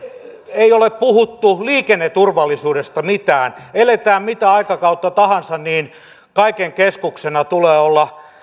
ei ole puhuttu liikenneturvallisuudesta mitään eletään mitä aikakautta tahansa niin kaiken keskuksena tulee olla